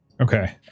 Okay